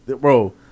bro